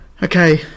Okay